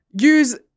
use